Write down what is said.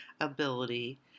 ability